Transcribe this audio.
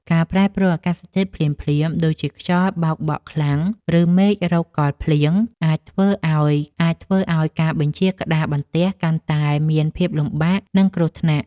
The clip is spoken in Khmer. ការប្រែប្រួលអាកាសធាតុភ្លាមៗ ដូចជាខ្យល់បោកបក់ខ្លាំង ឬមេឃរកកលភ្លៀង អាចធ្វើឱ្យការបញ្ជាក្តារបន្ទះកាន់តែមានភាពលំបាក និងគ្រោះថ្នាក់។